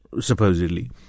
supposedly